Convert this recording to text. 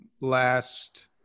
Last